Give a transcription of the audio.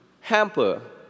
hamper